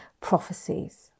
prophecies